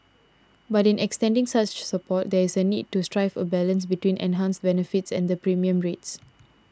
but in extending such support there is a need to strike a balance between enhanced benefits and the premium rates